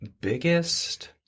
biggest